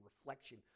reflection